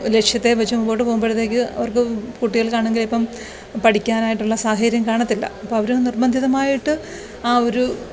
ലക്ഷ്യത്തെ വെച്ച് മുമ്പോട്ട് പോവുമ്പഴത്തേക്ക് അവര്ക്ക് കുട്ടികള്ക്കാണെങ്കിൽ ഇപ്പം പഠിക്കാനായിട്ടുള്ള സാഹചര്യം കാണത്തില്ല അപ്പം അവർ നിര്ബന്ധിതമായിട്ട് ആ ഒരു